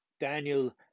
Daniel